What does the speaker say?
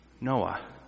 Noah